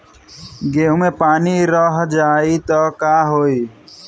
गेंहू मे पानी रह जाई त का होई?